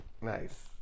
Nice